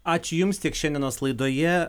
ačiū jums tiek šiandienos laidoje